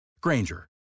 Granger